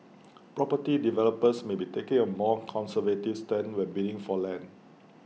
property developers may be taking A more conservative stance when bidding for land